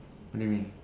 what do you mean